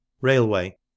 Railway